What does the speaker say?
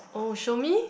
oh show me